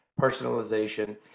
personalization